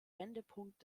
wendepunkt